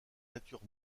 natures